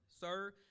sir